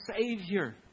Savior